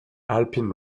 alpine